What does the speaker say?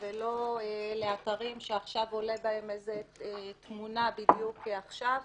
ולא לאתרים שעולה בהם איזו תמונה בדיוק עכשיו,